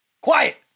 Quiet